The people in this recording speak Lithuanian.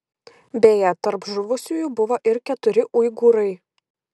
beje tarp žuvusiųjų buvo ir keturi uigūrai